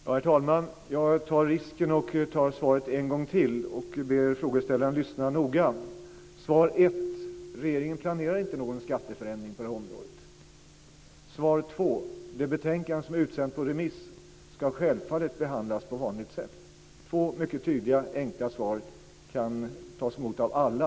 Herr talman! Jag tar risken och upprepar svaret en gång till och ber frågeställaren att lyssna noga. Svar nr 1: Regeringen planerar inte någon skatteförändring på det här området. Svar nr 2: Det betänkande som är utsänt på remiss ska självfallet behandlas på vanligt sätt. Det är två mycket tydliga och enkla svar som kan tas emot av alla.